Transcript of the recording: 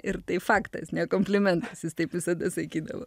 ir tai faktas ne komplimentas jis taip visada sakydavo